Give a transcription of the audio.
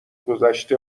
گذشت